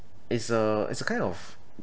it's a it's a kind of